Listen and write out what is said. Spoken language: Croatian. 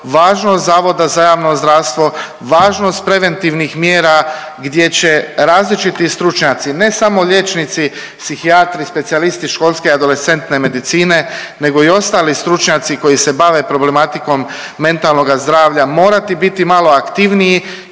važnost Zavoda za javno zdravstvo, važnost preventivnih mjera gdje će različiti stručnjaci, ne samo liječnici psihijatri, specijalisti škole adolescentne medicine nego i ostali stručnjaci koji se bave problematikom mentalnoga zdravlja morati biti malo aktivniji,